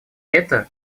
это